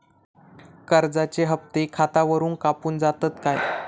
कर्जाचे हप्ते खातावरून कापून जातत काय?